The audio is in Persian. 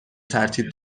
ترتیب